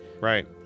Right